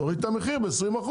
תוריד את המחיר ב-20%,